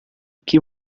que